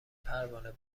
پروانه